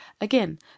again